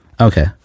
Okay